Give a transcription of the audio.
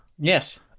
Yes